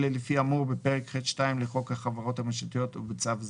אלא לפי האמור בפרק ח2 לחוק החברות הממשלתיות ובצו זה,